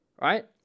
right